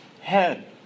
head